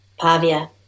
Pavia